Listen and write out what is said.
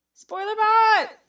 Spoilerbot